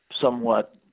somewhat